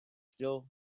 still